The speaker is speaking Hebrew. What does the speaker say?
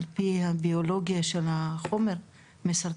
על פי הביולוגיה של החומר הוא מסרטן,